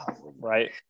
Right